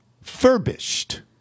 furbished